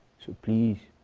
so please,